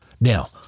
Now